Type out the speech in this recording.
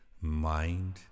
mind